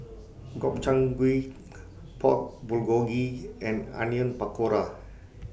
Gobchang Gui Pork Bulgogi and Onion Pakora